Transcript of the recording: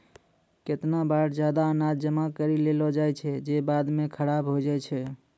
केतना बार जादा अनाज जमा करि लेलो जाय छै जे बाद म खराब होय जाय छै